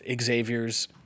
Xavier's